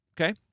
okay